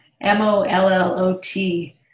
M-O-L-L-O-T